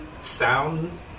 sound